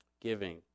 Giving